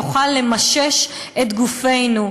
יוכל לגשש את גופנו.